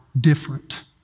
different